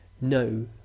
no